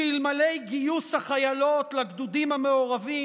שאמלא גיוס החיילות לגדודים המעורבים,